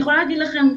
אני יכולה להגיד לכם,